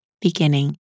beginning